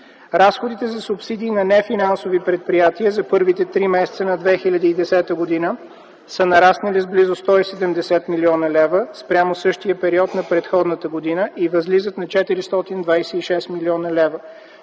Разходите за субсидии на нефинансови предприятия за първите три месеца на 2010 г. са нараснали с близо 170 млн. лв. спрямо същия период на предходната година и възлизат на 426 млн. лв.,